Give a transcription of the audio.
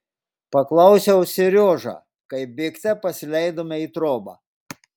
paklausiau seriožą kai bėgte pasileidome į trobą